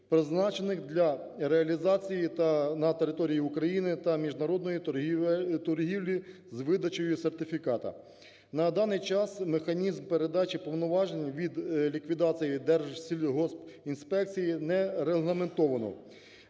призначених для реалізації та… на території України та міжнародної торгівлі з видачею сертифіката. На даний час механізм передачі повноважень від ліквідації Держсільгоспінспекції не регламентовано.